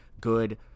good